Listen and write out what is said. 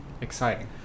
Exciting